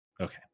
Okay